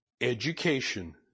Education